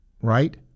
right